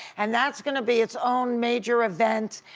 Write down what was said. and that's gonna be it's own major event,